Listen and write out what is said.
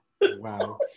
Wow